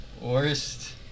worst